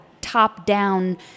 top-down